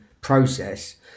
process